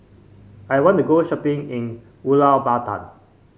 I want to go shopping in Ulaanbaatar